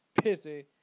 pissy